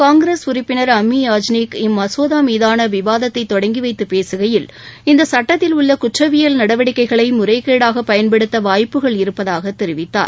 காங்கிரஸ் உறுப்பினர் அம்மி யாஜ்னிக் இம்மசோதா மீதான விவாதத்தை தொடங்கிவைத்துப் பேசுகையில் இந்த சுட்டத்தில் உள்ள குற்றவியல் நடவடிக்கைகளை முறைகேடாகப் பயன்படுத்த வாய்ப்புகள் இருப்பதாகத் தெரிவித்தார்